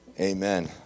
Amen